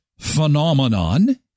phenomenon